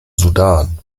sudan